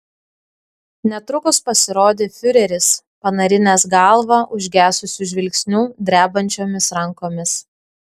netrukus pasirodė fiureris panarinęs galvą užgesusiu žvilgsniu drebančiomis rankomis